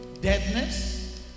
deadness